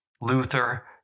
Luther